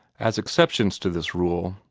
as exceptions to this rule,